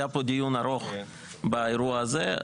היה פה דיון ארוך באירוע הזה,